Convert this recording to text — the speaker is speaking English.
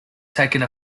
taking